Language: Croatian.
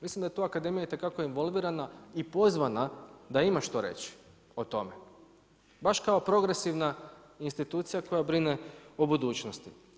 Mislim da je tu akademija itekako involvirana i pozvana da ima što reći o tome baš kao progresivna institucija koja brine o budućnosti.